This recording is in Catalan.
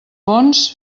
bons